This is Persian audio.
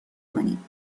کنیم